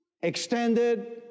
extended